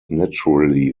naturally